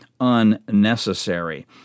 unnecessary